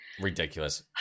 Ridiculous